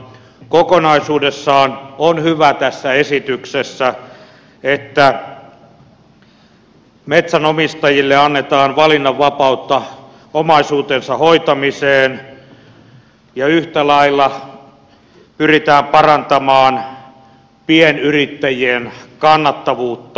kokonaisuudessaan on hyvä tässä esityksessä että metsänomistajille annetaan valinnanvapautta omaisuutensa hoitamiseen ja yhtä lailla pyritään parantamaan pienyrittäjien kannattavuutta